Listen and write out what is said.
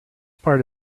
part